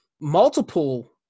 multiple